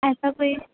ایسا کوئی